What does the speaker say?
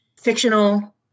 fictional